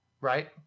Right